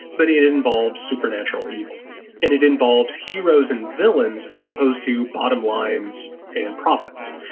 but it involves supernatural evil and it involves heroes and villains as opposed to bottom lines and profits.